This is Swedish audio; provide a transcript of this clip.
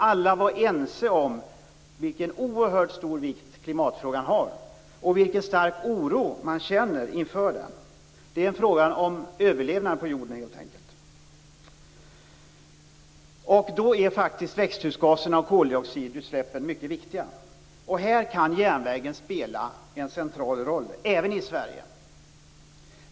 Alla var ense om vilken oerhört stor vikt klimatfrågan har och vilken stark oro man känner inför den. Det är helt enkelt en fråga om överlevnad på jorden. I det sammanhanget är faktiskt växthusgaserna och koldioxidutsläppen mycket viktiga. Här kan järnvägen spela en central roll, även i Sverige.